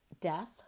death